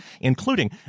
including